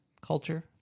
culture